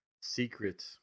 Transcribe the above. secret